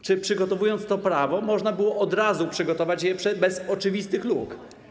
Czy przygotowując to prawo, można było od razu przygotować je bez oczywistych luk?